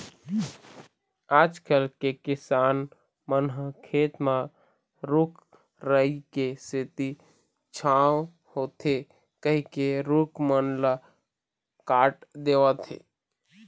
आजकल के किसान मन ह खेत म रूख राई के सेती छांव होथे कहिके रूख मन ल काट देवत हें